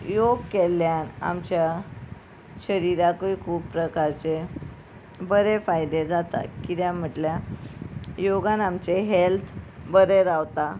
योग केल्ल्यान आमच्या शरिराकूय खूब प्रकारचे बरे फायदे जाता कित्याक म्हटल्यार योगान आमचे हेल्थ बरें रावता